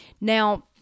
Now